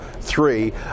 three